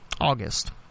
August